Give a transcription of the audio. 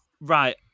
Right